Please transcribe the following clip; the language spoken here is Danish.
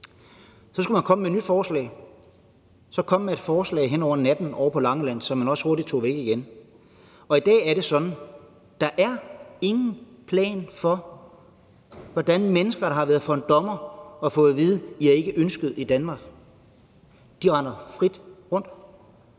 så skulle man komme med et nyt forslag, og man kom så med et forslag hen over natten om Langeland, som man også hurtigt tog væk igen. Og i dag er det sådan, at der ikke er nogen plan for, hvordan mennesker, der har været for en dommer og har fået at vide, at de ikke er ønskede i Danmark, ikke render frit rundt.